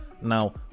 now